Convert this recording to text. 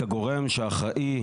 כגורם שאחראי,